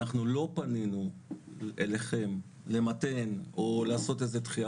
אנחנו לא פנינו אליכם למתן או לעשות דחייה,